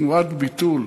בתנועת ביטול,